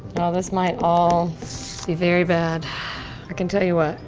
now this might all be very bad. i can tell you what,